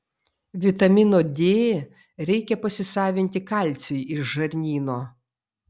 vitamino d reikia pasisavinti kalciui iš žarnyno